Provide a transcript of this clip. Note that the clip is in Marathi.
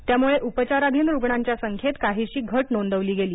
त्यामुळे उपचाराधिन रुग्णांच्या संख्येत काहिशी घट नोंदवली गेली